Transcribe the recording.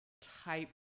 type